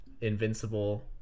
invincible